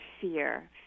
fear